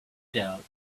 doubt